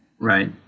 Right